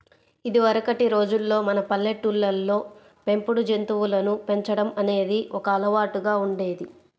ఇదివరకటి రోజుల్లో మన పల్లెటూళ్ళల్లో పెంపుడు జంతువులను పెంచడం అనేది ఒక అలవాటులాగా ఉండేది